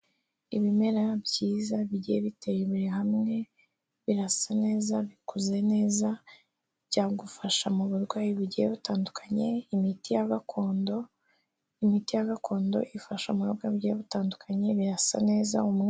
Ibimera byiza bigiye biteye buri hamwe, birasa neza, bikuze neza, byagufasha mu burwayi bugiye butandukanye, imiti ya gakondo, imiti ya gakondo ifasha mu buryo bugiye butandukanye birasa neza.